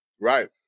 Right